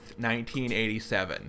1987